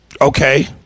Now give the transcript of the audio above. Okay